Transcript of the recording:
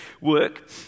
work